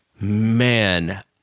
man